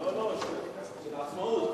של עצמאות,